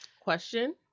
Question